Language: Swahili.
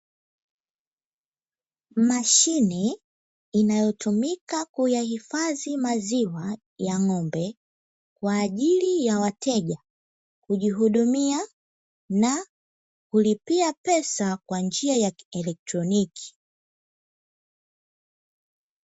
Mashine inayotumika kuyahifadhi maziwa ya ng'ombe, kwa ajili ya wateja kujihudumia na kulipia pesa kwa njia ya kielektroniki.